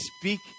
speak